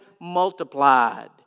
multiplied